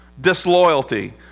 disloyalty